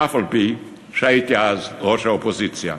אף-על-פי שהייתי אז ראש האופוזיציה,